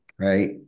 Right